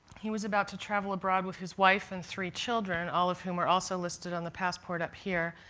he was about to travel abroad with his wife and three children, all of whom were also listed on the passport up here.